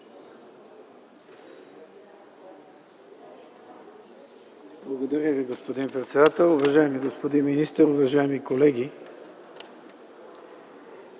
Благодаря Ви, господин председател. Уважаеми господин министър, уважаеми колеги!